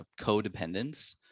codependence